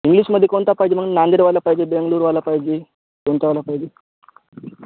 इंग्लिशमध्ये कोणता पाहिजे मग नांदेडवाला पाहिजे बेंगलूरवाला पाहिजे कोणतावाला पाहिजे